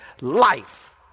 life